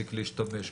להפסיק להשתמש,